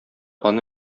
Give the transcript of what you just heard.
аны